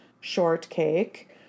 Shortcake